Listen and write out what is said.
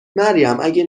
اگه